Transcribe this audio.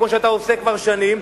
כמו שאתה עושה כבר שנים,